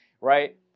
right